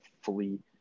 fully